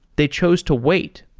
they chose to wait.